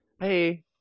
Hey